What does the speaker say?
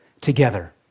together